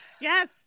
Yes